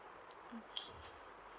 okay